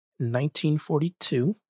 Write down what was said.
1942